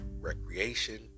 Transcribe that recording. recreation